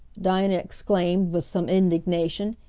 dinah exclaimed, with some indignation.